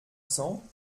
cents